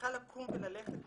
צריכה לקום וללכת משם?